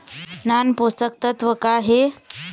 नान पोषकतत्व का हे?